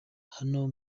hano